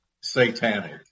satanic